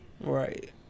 Right